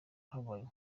habaye